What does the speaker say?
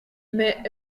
mais